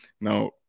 now